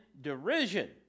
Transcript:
derision